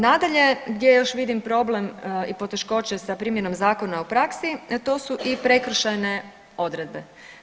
Nadalje, gdje još vidim problem i poteškoće sa primjenom zakona u praksi, to su i prekršajne odredbe.